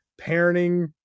parenting